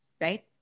Right